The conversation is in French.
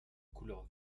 couleurs